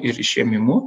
ir išėmimu